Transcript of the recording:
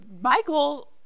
Michael